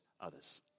others